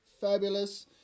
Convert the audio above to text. fabulous